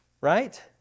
right